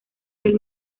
del